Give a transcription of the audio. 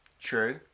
True